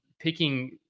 picking